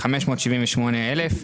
578,000,